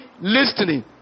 listening